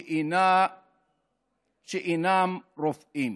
שאינם רופאים.